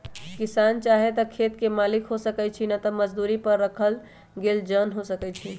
किसान चाहे त खेत के मालिक हो सकै छइ न त मजदुरी पर राखल गेल जन हो सकै छइ